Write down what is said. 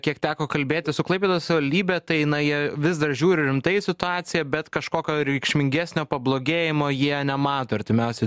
kiek teko kalbėtis su klaipėdos savaldybe tai na jie vis dar žiūri rimtai į situaciją bet kažkokio reikšmingesnio pablogėjimo jie nemato artimiausią